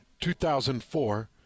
2004